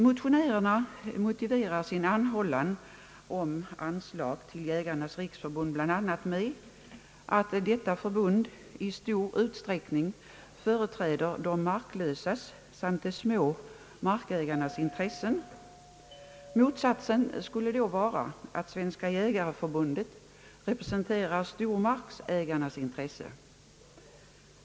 Motionärerna motiverar sin anhållan om anslag till Jägarnas riksförbund bl.a. med att detta förbund i stor utsträckning företräder de marklösas och de små markägarnas intressen. Motsatsen skulle då vara, att Svenska jägareförbundet representerar de stora markägarnas intressen.